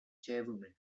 chairwoman